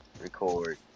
record